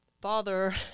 father